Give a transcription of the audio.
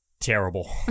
terrible